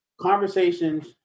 Conversations